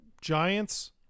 Giants